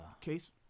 Case